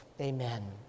Amen